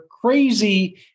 crazy